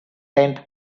tent